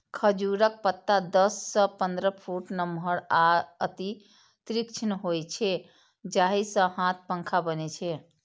खजूरक पत्ता दस सं पंद्रह फुट नमहर आ अति तीक्ष्ण होइ छै, जाहि सं हाथ पंखा बनै छै